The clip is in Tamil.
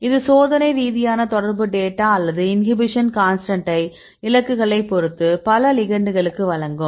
இது சோதனை ரீதியான தொடர்பு டேட்டா அல்லது இன்ஹிபிஷன் கான்ஸ்டன்டை இலக்குகளைப் பொறுத்து பல லிகெண்டுகளுக்கு வழங்கும்